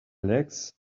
legs